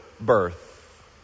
birth